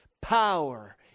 power